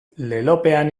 lelopean